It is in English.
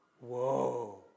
Whoa